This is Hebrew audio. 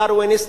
דרוויניסטי,